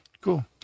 Cool